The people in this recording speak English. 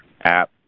app